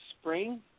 spring